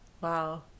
wow